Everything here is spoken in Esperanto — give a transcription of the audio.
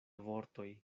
vortoj